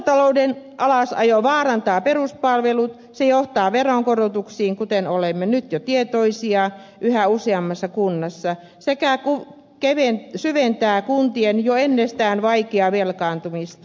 kuntatalouden alasajo vaarantaa peruspalvelut se johtaa veronkorotuksiin kuten olemme nyt jo tietoisia yhä useammassa kunnassa sekä syventää kuntien jo ennestään vaikeaa velkaantumista